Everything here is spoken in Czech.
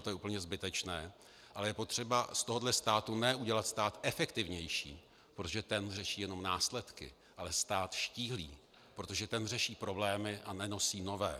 To je úplně zbytečné, ale je potřeba z tohoto státu ne udělat stát efektivnější, protože ten řeší jenom následky, ale stát štíhlý, protože ten řeší problémy a nenosí nové.